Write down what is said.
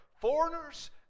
foreigners